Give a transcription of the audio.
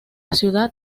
ciudad